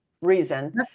reason